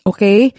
Okay